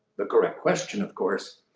the correct question, of course,